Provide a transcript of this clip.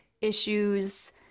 issues